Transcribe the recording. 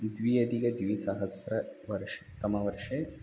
द्वधिकद्विसहस्रतमवर्षे